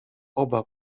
oba